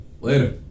Later